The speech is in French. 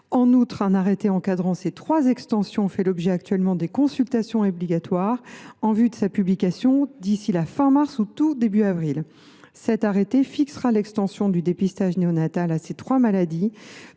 En outre, un arrêté encadrant ces trois extensions fait actuellement l’objet des consultations obligatoires, en vue de sa publication d’ici à la fin du mois mars ou au tout début du mois d’avril. Cet arrêté fixera l’extension du dépistage néonatal à ces trois maladies,